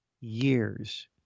years